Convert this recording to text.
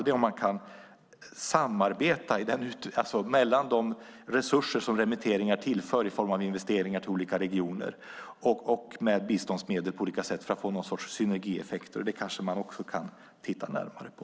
Det handlar om huruvida man kan samordna de resurser som remitteringar tillför i form av investeringar i olika regioner och biståndsmedel på olika sätt för att få någon sorts synergieffekter. Det kanske man också kan titta närmare på.